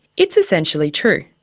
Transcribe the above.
it's essentially true.